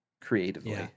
creatively